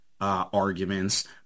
arguments